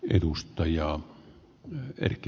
arvoisa puhemies